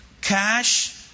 Cash